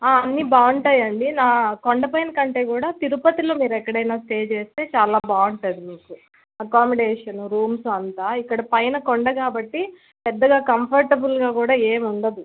అన్నీ బాగుంటాయి అండి ఇలా కొండపైన కంటే కూడా తిరుపతిలో మీరు ఎక్కడైనా స్టే చేస్తే చాలా బాగుంటుంది మీకు ఆకామడేషన్ రూమ్స్ అంతా ఇక్కడ పైన కొండ కాబట్టి పెద్దగా కంఫర్టబుల్గా కూడా ఏమి ఉండదు